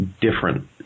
different